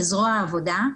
כזרוע העבודה,